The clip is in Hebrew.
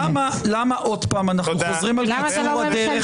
למה עוד פעם אנחנו חוזרים על קיצור הדרך